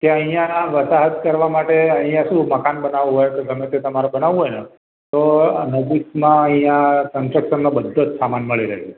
કે અહીંયા વસાહત કરવા માટે અહીંયા શું મકાન બનાવવું હોય કે ગમે તે તમારે બનાવવું હોય ને તો નજીકમાં અહીંયા કન્સ્ટ્રકશનનો બધો જ સામાન મળી રહે છે